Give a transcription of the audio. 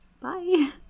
Bye